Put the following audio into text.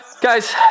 guys